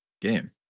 game